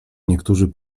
niektórzy